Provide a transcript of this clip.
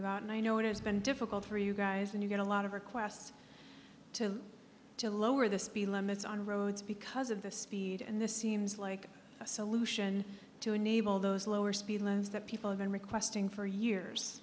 about and i know it has been difficult for you guys and you get a lot of requests to to lower the speed limits on roads because of the speed and this seems like a solution to enable those lower speed loads that people have been requesting for years